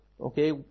Okay